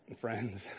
friends